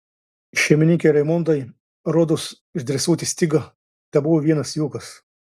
šeimininkei raimondai rodos išdresuoti stigą tebuvo vienas juokas